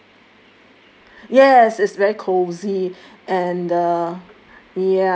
you know yes is very cozy and uh